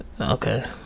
Okay